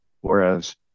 whereas